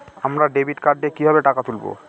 আমরা debit card দিয়ে কিভাবে টাকা তুলবো?